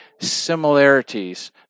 similarities